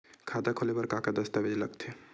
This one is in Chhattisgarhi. खाता खोले बर का का दस्तावेज लगथे?